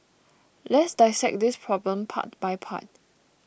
let's dissect this problem part by part